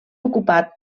ocupat